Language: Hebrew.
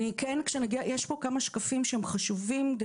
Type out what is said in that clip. יש פה כמה שקפים שהם חשובים.